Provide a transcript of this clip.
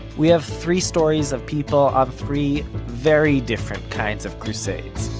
we have three stories of people on three very different kinds of crusades.